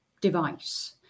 device